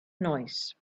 noise